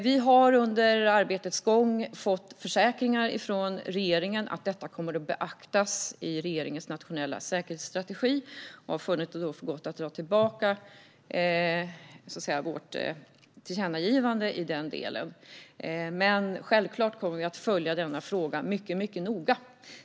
Vi har under arbetets gång fått försäkringar från regeringen om att detta kommer att beaktas i regeringens nationella säkerhetsstrategi. Vi har därför funnit för gott att dra tillbaka vårt förslag om tillkännagivande i den delen, men självklart kommer vi att följa denna fråga mycket noga.